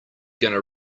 gonna